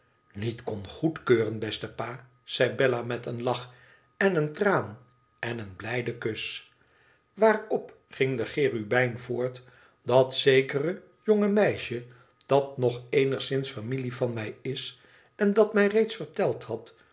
iniet kon goedkeuren beste pa zei bélla met een lach en een traan en een blijden kus waarop ging de cherubijn voort i dat zekere jonge meisje dat nog eenigzins familie van mij is en dat mij reeds verteld had